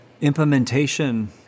implementation